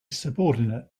subordinate